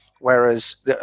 Whereas